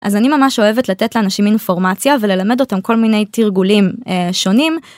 אז אני ממש אוהבת לתת לאנשים אינפורמציה וללמד אותם כל מיני תרגולים, אה.. שונים.